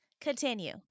Continue